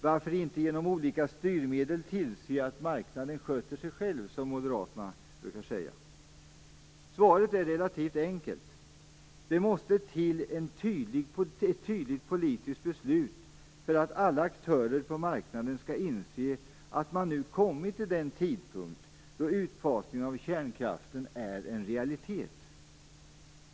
Varför inte genom olika styrmedel tillse att marknaden sköter sig själv, som Moderaterna brukar säga? Svaret är relativt enkelt. Det måste till ett tydligt politiskt beslut för att alla aktörer på marknaden skall inse att man nu kommit till den tidpunkt då utfasningen av kärnkraften är en realitet.